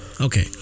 Okay